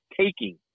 taking